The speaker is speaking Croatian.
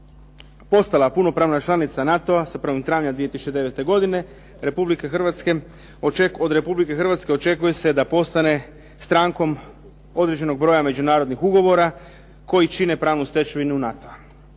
postala punopravna članica NATO-a sa 01. travnja 2009. godine od RH očekuje se da postane strankom određenog broja međunarodnih ugovora koji čine pravnu stečevinu NATO-a.